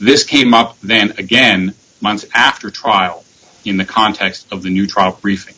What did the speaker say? this came up then again months after trial in the context of the neutrons briefing